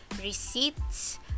receipts